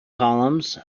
columns